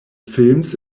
films